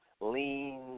lean